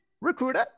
recruiter